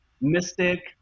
mystic